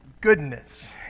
goodness